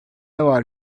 var